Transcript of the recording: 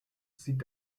sieht